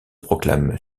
proclame